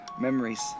memories